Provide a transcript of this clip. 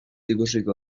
ikusiko